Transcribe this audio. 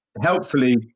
helpfully